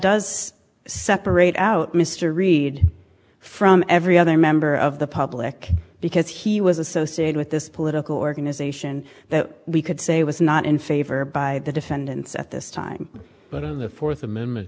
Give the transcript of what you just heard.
does separate out mr reed from every other member of the public because he was associated with this political organization that we could say was not in favor by the defendants at this time but in the fourth amendment